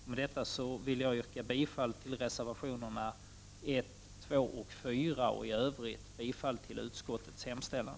Med detta vill jag yrka bifall till reservationerna 1, 2 och 4 och i Övrigt yrka bifall till utskottets hemställan.